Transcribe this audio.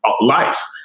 life